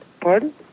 Pardon